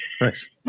nice